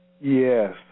Yes